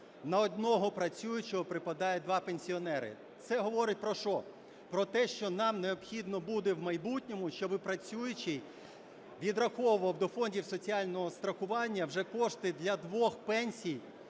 на одного працюючого припадає 2 пенсіонери. Це говорить про що? Про те, що нам необхідно буде в майбутньому, щоб працюючий відраховував до фондів соціального страхування вже кошти для двох пенсій,